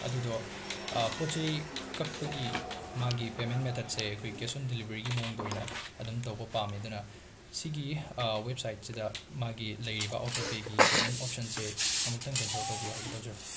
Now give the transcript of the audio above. ꯑꯗꯨꯗꯣ ꯄꯣꯠ ꯆꯩ ꯀꯛꯄꯒꯤ ꯃꯥꯒꯤ ꯄꯦꯃꯦꯟ ꯃꯦꯊꯠꯁꯦ ꯑꯩꯈꯣꯏ ꯀꯦꯁ ꯑꯣꯟ ꯗꯦꯂꯤꯕꯔꯤꯒꯤ ꯃꯑꯣꯡꯗ ꯑꯣꯏꯅ ꯑꯗꯨꯝ ꯇꯧꯕ ꯄꯥꯝꯃꯤ ꯑꯗꯨꯅ ꯁꯤꯒꯤ ꯋꯦꯞꯁꯥꯏꯠꯁꯤꯗ ꯃꯥꯒꯤ ꯂꯩꯔꯤꯕ ꯑꯣꯇꯣ ꯄꯦꯒꯤ ꯄꯦꯃꯦꯟ ꯑꯣꯞꯁꯟꯁꯦ ꯑꯃꯨꯛꯇꯪ ꯀꯦꯟꯁꯦꯜ ꯇꯧꯕꯤꯌꯣ ꯍꯥꯏꯒꯦ ꯇꯧꯖꯕꯅꯤ